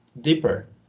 deeper